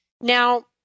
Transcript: Now